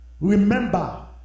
Remember